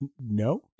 No